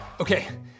Okay